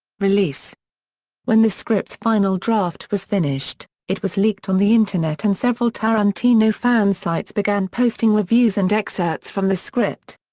release when the script's final draft was finished, it was leaked on the internet and several tarantino fan sites began posting reviews and excerpts from the script.